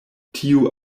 tiu